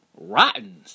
Rotten